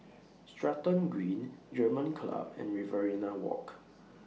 Stratton Green German Club and Riverina Walk